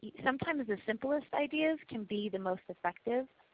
sometimes the simplest ideas can be the most effective,